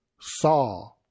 saw